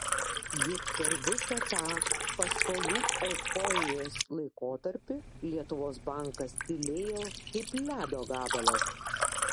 juk per visą tą paskolų euforijos laikotarpį lietuvos bankas tylėjo kaip ledo gabalas